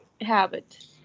habit